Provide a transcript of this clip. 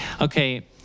okay